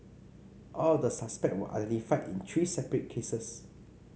all of the suspect were identified in three separate cases